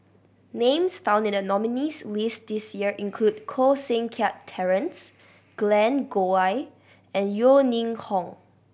names found in the nominees' list this year include Koh Seng Kiat Terence Glen Goei and Yeo Ning Hong